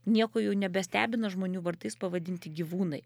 nieko jau nebestebina žmonių vardais pavadinti gyvūnai